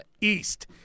East